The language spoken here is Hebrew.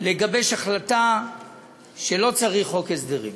לגבש החלטה שלא צריך חוק הסדרים.